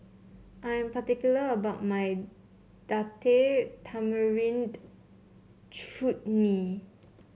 I am particular about my Tamarind Chutney